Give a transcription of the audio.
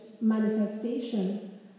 manifestation